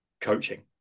coaching